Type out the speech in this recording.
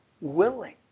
willing